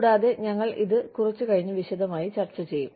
കൂടാതെ ഞങ്ങൾ ഇത് കുറച്ച് കഴിഞ്ഞ് വിശദമായി ചർച്ച ചെയ്യും